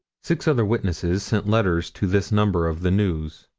six other witnesses sent letters to this number of the news.